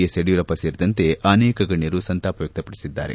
S Yediyurappa ಸೇರಿದಂತೆ ಗಣ್ಯರು ಸಂತಾಪ ವ್ಯಕ್ತಪಡಿಸಿದ್ದಾರೆ